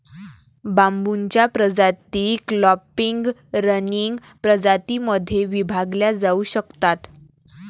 बांबूच्या प्रजाती clumping, running प्रजातीं मध्ये विभागल्या जाऊ शकतात